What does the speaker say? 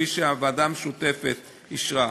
כפי שהוועדה המשותפת אישרה.